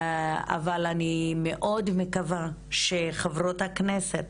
אבל אני מאוד מקווה שחברות הכנסת,